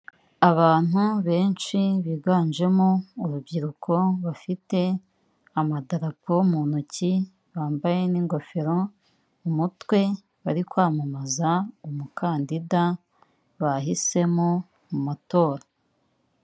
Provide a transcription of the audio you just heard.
Abantu benshi biganjemo urubyiruko bafite amadarapo mu ntoki bambaye n'ingofero umutwe bari kwamamaza umukandida bahisemo mu matora.